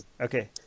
Okay